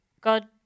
God